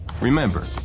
Remember